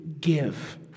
give